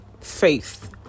faith